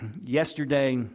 Yesterday